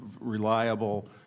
reliable